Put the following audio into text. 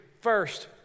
first